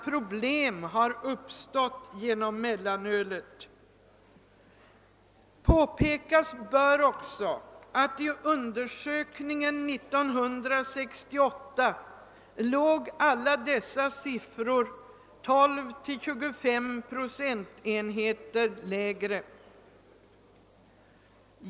Påpekas bör också att alla motsvarande siffror i undersökningen 1968 låg 12—25 procentenheter lägre.